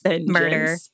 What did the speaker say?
murder